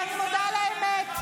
ואני מודה על האמת,